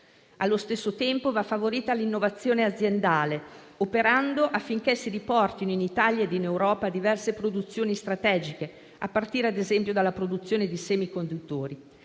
Allo stesso tempo, va favorita l'innovazione aziendale, operando affinché si riportino in Italia ed in Europa diverse produzioni strategiche, a partire ad esempio dalla produzione di semiconduttori.